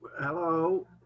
hello